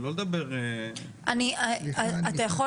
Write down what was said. אתה יכול